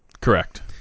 Correct